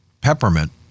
peppermint